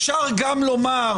אפשר גם לומר: